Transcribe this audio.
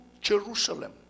Jerusalem